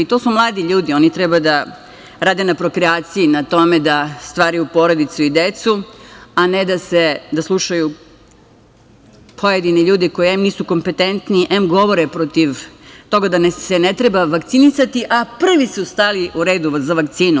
To su mladi ljudi, oni treba da rade na prokreaciji, na tome da stvaraju porodicu i decu, a ne da slušaju pojedine ljude koji em nisu kompetentni, em govore protiv toga da se ne treba vakcinisati, a prvi su stali u red za vakcinu.